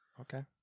Okay